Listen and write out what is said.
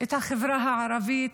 את החברה הערבית,